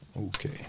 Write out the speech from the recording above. Okay